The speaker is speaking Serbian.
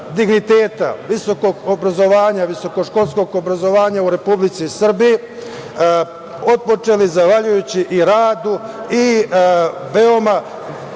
visokog obrazovanja visokoškolskog obrazovanja u Republici Srbiji otpočeli zahvaljujući i radu i veoma